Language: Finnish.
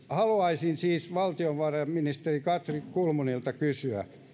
haluaisin siis valtionvarainministeri katri kulmunilta kysyä